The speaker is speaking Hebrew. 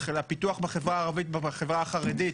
לפיתוח בחברה הערבית ובחברה החרדית?